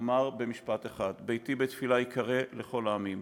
ואומר משפט אחד: "ביתי בית תפִלה יקרא לכל העמים"